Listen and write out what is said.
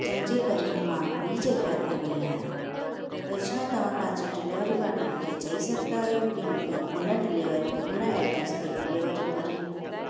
जंहिंजे करे मां ॿी जॻह ते वई आहियां त छा तव्हां पंहिंजे डिलिवरी पाटनर खे चई सघंदा आहियो की मूंखे उन डिलिवरी उन एड्रेस ते डिलिवरी करे